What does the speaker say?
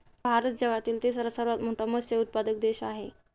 भारत जगातील तिसरा सर्वात मोठा मत्स्य उत्पादक देश आहे